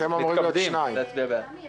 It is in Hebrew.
לעניין